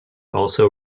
also